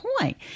point